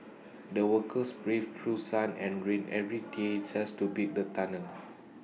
the workers braved through sun and rain every day just to build the tunnel